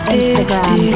Instagram